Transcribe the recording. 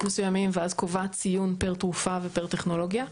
מסוימים ואז קובעת ציון פר תרופה ופר טכנולוגיה,